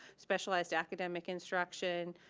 specialized academic instruction,